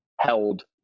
held